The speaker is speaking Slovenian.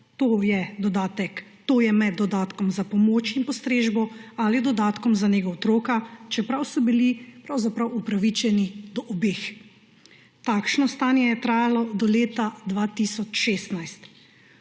to je med dodatkom za pomoč in postrežbo ali dodatkom za nego otroka, čeprav so bili pravzaprav upravičeni do obeh. Takšno stanje je trajalo do leta 2016.